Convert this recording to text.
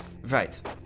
Right